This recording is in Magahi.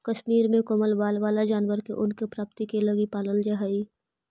कश्मीर में कोमल बाल वाला जानवर के ऊन के प्राप्ति लगी पालल जा हइ